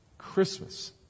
Christmas